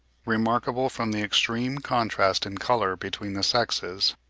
remarkable from the extreme contrast in colour between the sexes,